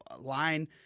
line